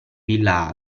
villa